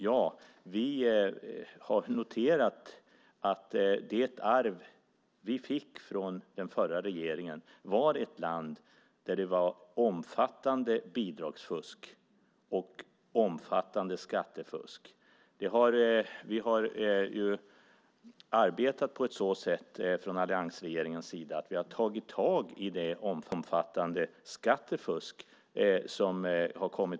Vi har noterat att det arv vi fick från den förra regeringen var ett land med omfattande bidragsfusk och skattefusk. Vi har från alliansregeringens sida arbetat på ett sådant sätt att vi har tagit tag i det omfattande bidragsfusk som har förekommit.